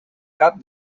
cap